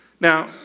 Now